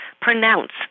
pronounce